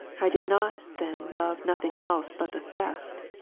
i did not then love nothing else but the theft,